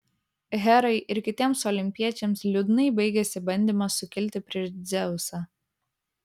herai ir kitiems olimpiečiams liūdnai baigėsi bandymas sukilti prieš dzeusą